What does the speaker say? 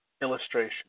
illustration